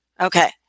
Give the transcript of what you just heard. Okay